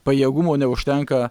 pajėgumo neužtenka